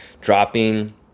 dropping